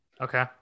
okay